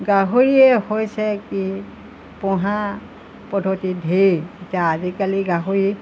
গাহৰিয়ে হৈছে কি পোহা পদ্ধতি ধেৰ এতিয়া আজিকালি গাহৰি